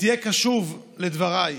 ותהיה קשוב לדבריי.